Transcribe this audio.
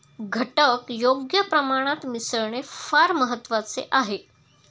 घटक योग्य प्रमाणात मिसळणे फार महत्वाचे आहे